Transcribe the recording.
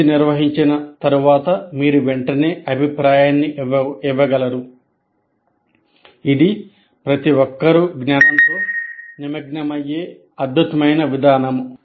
quiz నిర్వహించిన తరువాత మీరు వెంటనే అభిప్రాయాన్ని ఇవ్వగలరు ఇది ప్రతి ఒక్కరూ జ్ఞానంతో నిమగ్నమయ్యే అద్భుతమైన విధానం